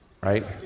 Right